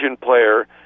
player